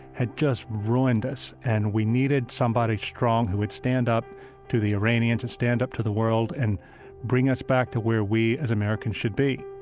had just ruined us, and we needed somebody strong who would stand up to the iranians and stand up to the world and bring us back to where we, as americans, should be